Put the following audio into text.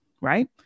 right